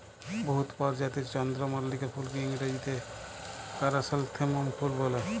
বহুত পরজাতির চল্দ্রমল্লিকা ফুলকে ইংরাজিতে কারাসলেথেমুম ফুল ব্যলে